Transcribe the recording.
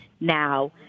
now